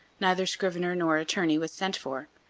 neither scrivener nor attorney was sent for.